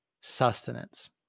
sustenance